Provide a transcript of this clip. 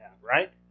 right